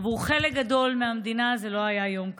עבור חלק גדול מהמדינה זה לא היה יום כזה: